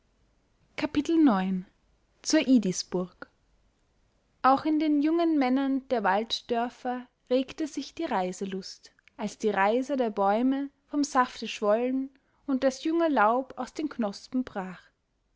zur idisburg auch in den jungen männern der walddörfer regte sich die reiselust als die reiser der bäume vom safte schwollen und das junge laub aus den knospen brach